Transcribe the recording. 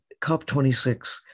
COP26